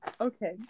Okay